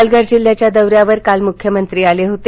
पालघर जिल्ह्याच्या दौऱ्यावर काल मुख्यमंत्री आले होते